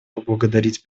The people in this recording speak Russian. поблагодарить